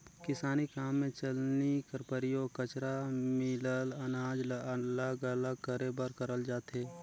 किसानी काम मे चलनी कर परियोग कचरा मिलल अनाज ल अलग अलग करे बर करल जाथे